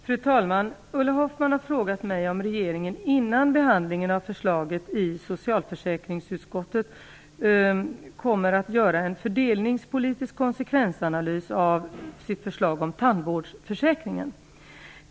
Fru talman! Ulla Hoffmann har frågat mig om regeringen, innan behandlingen av förslaget i socialförsäkringsutskottet, kommer att göra en fördelningspolitisk konsekvensanalys av sitt förslag om tandvårdsförsäkringen.